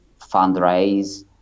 fundraise